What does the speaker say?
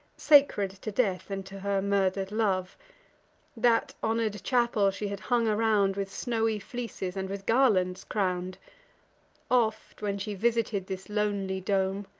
sacred to death, and to her murther'd love that honor'd chapel she had hung around with snowy fleeces, and with garlands crown'd oft, when she visited this lonely dome,